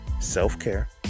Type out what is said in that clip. Self-care